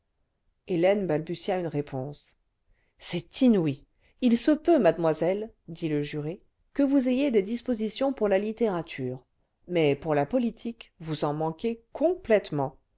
hélène balbutia unie réponse ce c'est inouï il se peut mademoiselle dit le juré que vous ayez des dispositions pour la littérature mais pour la politique vous en manquez complètement